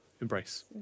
embrace